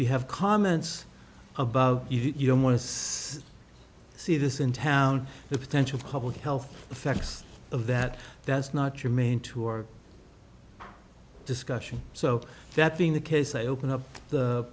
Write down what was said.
you have comments above you don't want is to see this in town the potential public health effects of that that's not your main to our discussion so that being the case i open up the